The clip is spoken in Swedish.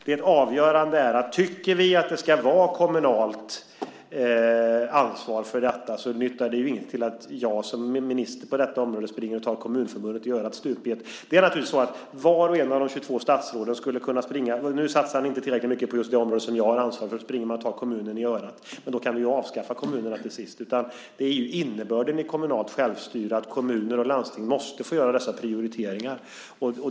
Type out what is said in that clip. Det avgörande är dock att tycker vi att det ska vara kommunalt ansvar för detta nyttar det inte till något att jag som minister på detta område springer och tar Kommunförbundet i örat stup i ett. Det är naturligtvis så att vart och ett av de 22 statsråden skulle kunna springa och säga: Nu satsar ni inte tillräckligt mycket på just de områden som jag har ansvar för, och så tar man kommunen i örat. Men då kan vi ju avskaffa kommunerna till sist. Det är ju innebörden av kommunalt självstyre att kommuner och landsting måste få göra dessa prioriteringar.